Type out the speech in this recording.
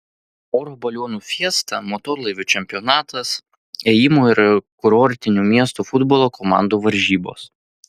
oro balionų fiesta motorlaivių čempionatas ėjimo ir kurortinių miestų futbolo komandų varžybos